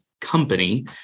company